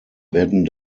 werden